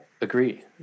agree